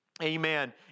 Amen